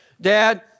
dad